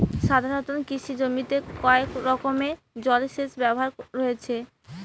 সাধারণত কৃষি জমিতে কয় রকমের জল সেচ ব্যবস্থা রয়েছে?